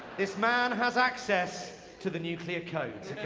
this man has access to the nuclear codes.